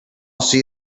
see